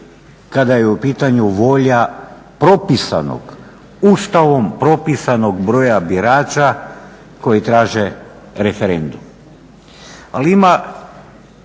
kada je u pitanju volja propisanog, Ustavom propisanog broja birača koji traže referendum. Ali ima